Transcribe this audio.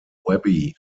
webby